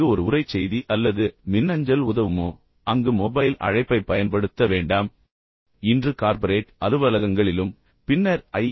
எங்கு ஒரு உரைச் செய்தி அல்லது மின்னஞ்சல் சிறந்த உதவுமோ அங்கு மொபைல் அழைப்பைப் பயன்படுத்த வேண்டாம் இன்று கார்ப்பரேட் அலுவலகங்களிலும் பின்னர் ஐ